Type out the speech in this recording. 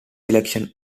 selection